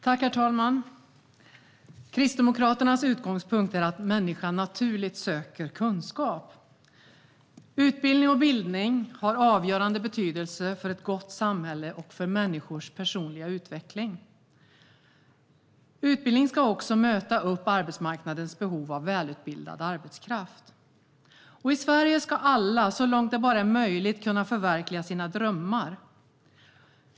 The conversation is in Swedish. Herr talman! Kristdemokraternas utgångspunkt är att människan naturligt söker kunskap. Utbildning och bildning har avgörande betydelse för ett gott samhälle och för människors personliga utveckling. Utbildning ska också möta arbetsmarknadens behov av välutbildad arbetskraft. I Sverige ska alla, så långt det bara är möjligt, kunna förverkliga sina drömmar.